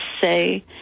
say